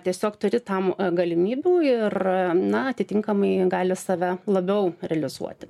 tiesiog turi tam galimybių ir na atitinkamai gali save labiau realizuoti